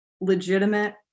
legitimate